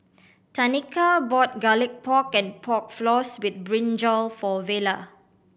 Tanika bought Garlic Pork and Pork Floss with brinjal for Vella